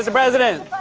ah president.